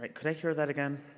but could i hear that again